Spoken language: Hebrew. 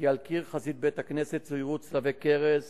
כי על קיר חזית בית-הכנסת צוירו צלבי קרס